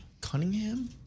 Cunningham